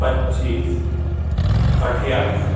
પચ્ચીસ અઠ્ઠાવીસ